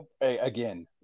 again